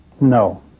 no